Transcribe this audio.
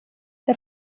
der